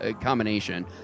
combination